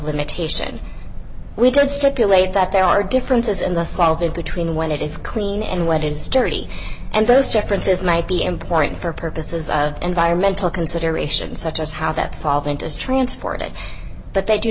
limitation we did stipulate that there are differences in the solve it between when it is clean and what is dirty and those differences might be important for purposes of environmental considerations such as how that solvent is transported but they do